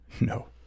No